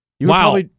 Wow